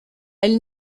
elle